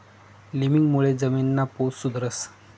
लिमिंगमुळे जमीनना पोत सुधरस